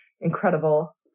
Incredible